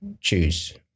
choose